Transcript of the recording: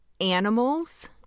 animals